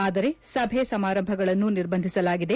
ಆದರೆ ಸಭೆ ಸಮಾರಂಭಗಳನ್ನು ನಿರ್ಬಂಧಿಸಲಾಗಿದೆ